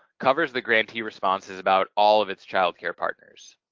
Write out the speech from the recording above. covers the grantee responses about all of its child care partners.